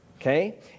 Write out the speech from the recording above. Okay